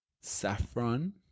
saffron